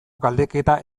galdeketa